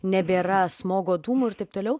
nebėra smogo dūmų ir taip toliau